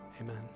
Amen